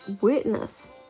witness